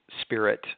spirit